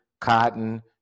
Cotton